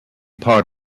part